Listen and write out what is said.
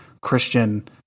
Christian